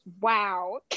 wow